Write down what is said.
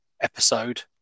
episode